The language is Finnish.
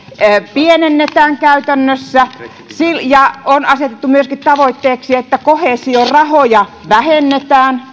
pienennetään käytännössä ja on asetettu tavoitteeksi myöskin se että koheesiorahoja vähennetään